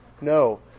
No